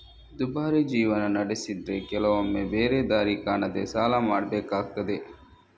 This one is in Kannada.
ದುಬಾರಿ ಜೀವನ ನಡೆಸಿದ್ರೆ ಕೆಲವೊಮ್ಮೆ ಬೇರೆ ದಾರಿ ಕಾಣದೇ ಸಾಲ ಮಾಡ್ಬೇಕಾಗ್ತದೆ